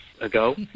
ago